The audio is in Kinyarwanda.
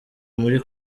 muri